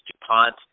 DuPont